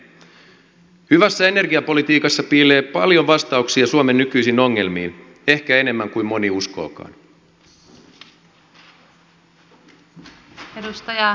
hyvässä energiapolitiikassa piilee paljon vastauksia suomen nykyisiin ongelmiin ehkä enemmän kuin moni uskookaan